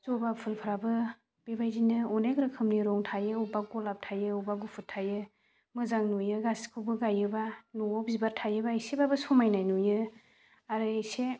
जबा फुलफोराबो बेबायदिनो अनेक रोखोमनि रं थायो अबेबा गलाप थायो अबेबा गुफुर थायो मोजां नुयो गासैखौबो गायोबा न'आव बिबार थायोबा एसेबाबो समायनाय नुयो आरो इसे